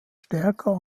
stärker